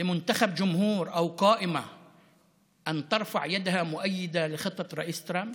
חילופי אוכלוסייה, במיוחד באזור המשולש.